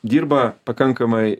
dirba pakankamai